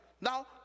Now